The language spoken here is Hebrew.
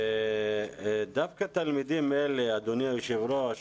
ודווקא תלמידים אלה, אדוני היו"ר,